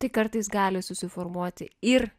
tik kartais gali susiformuoti ir